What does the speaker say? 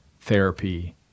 therapy